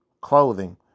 clothing